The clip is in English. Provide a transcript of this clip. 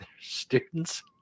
students